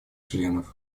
членов